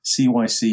CYC